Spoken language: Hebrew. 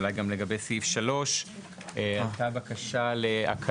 ואולי גם לגבי סעיף 3. הייתה בקשה להקלות